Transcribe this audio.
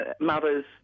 mothers